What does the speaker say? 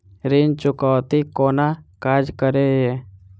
ऋण चुकौती कोना काज करे ये?